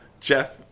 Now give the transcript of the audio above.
Jeff